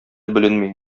беленми